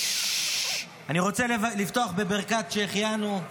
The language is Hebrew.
אני רוצה לפתוח בברכת שהחיינו.